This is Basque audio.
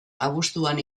abuztuan